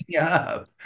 up